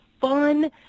fun